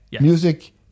music